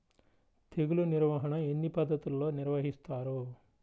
తెగులు నిర్వాహణ ఎన్ని పద్ధతులలో నిర్వహిస్తారు?